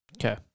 Okay